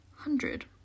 hundred